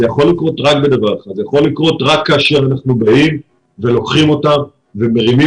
זה יכול לקרות רק כאשר אנחנו באים ולוקחים אותן ומרימים